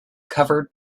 covered